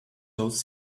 those